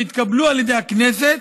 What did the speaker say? שהתקבלו על ידי הכנסת,